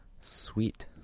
Sweet